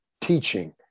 teaching